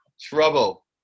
trouble